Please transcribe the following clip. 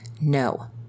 no